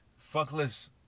fuckless